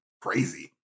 crazy